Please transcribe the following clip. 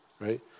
right